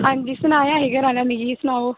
आं जी सनाया हा मिगी घरा आह्लें सनाओ